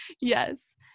Yes